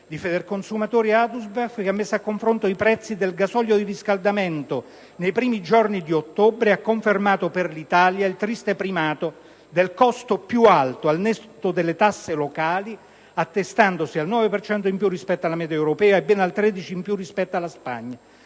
di Federconsumatori e Adusbef, che ha messo a confronto i prezzi del gasolio del riscaldamento nei primi giorni di ottobre, ha confermato per l'Italia il triste primato del costo più alto al netto delle tasse locali, attestandosi al 9 per cento in più rispetto alla media europea e ben al 13 per cento in più rispetto alla Spagna.